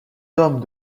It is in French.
hommes